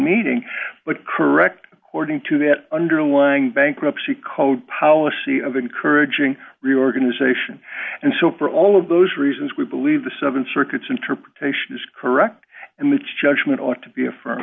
meeting but correct according to the underlying bankruptcy code policy of encouraging reorganization and so for all of those reasons we believe the seven circuits interpretation is correct and which judgment ought to be a